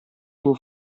tuo